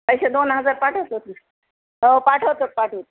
पैसे दोन हजार पाठवतो ना हो पाठवतो पाठवतो